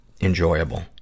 enjoyable